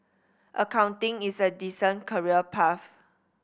accounting is a decent career path